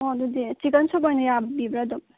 ꯑꯣ ꯑꯗꯨꯗꯤ chicken soup ꯑꯣꯏꯅ ꯌꯥꯕꯤꯕ꯭ꯔ ꯑꯗꯨꯝ